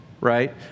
right